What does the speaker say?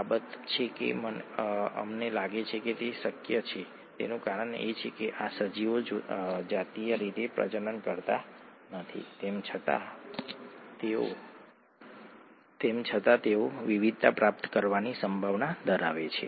હવે આપણે બધું જ એકસાથે લપેટી લેવા જઈ રહ્યા છીએ અને આપણી મૂળ વાર્તા પર પાછા આવીને જે દહીંની રચના છે દહીં શા માટે રચાય છે